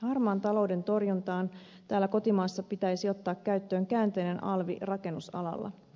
harmaan talouden torjuntaan täällä kotimaassa pitäisi ottaa käyttöön käänteinen alvi rakennusalalla